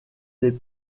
des